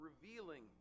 revealing